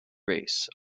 race